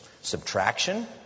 Subtraction